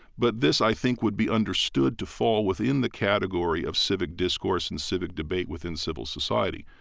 but this, i think, would be understood to fall within the category of civic discourse and civic debate within civil society.